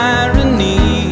irony